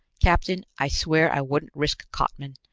captain, i swear i wouldn't risk cottman.